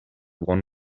one